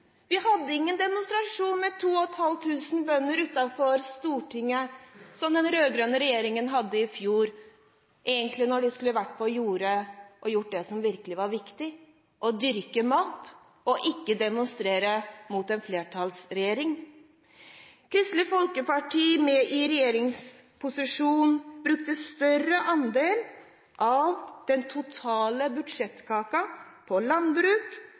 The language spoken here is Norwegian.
Vi hadde ingen demonstrasjon med 2 500 bønder utenfor Stortinget – som den rød-grønne regjeringen hadde i fjor – mens de egentlig skulle vært på jordet og gjort det som virkelig var viktig, det å dyrke mat, og ikke demonstrert mot en flertallsregjering. Kristelig Folkeparti i regjeringsposisjon brukte større andel av den totale budsjettkaken på landbruk